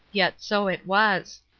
yet so it was.